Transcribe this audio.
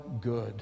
good